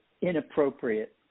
inappropriate